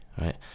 right